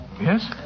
Yes